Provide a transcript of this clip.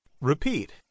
Repeat